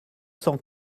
cent